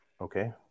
okay